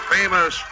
famous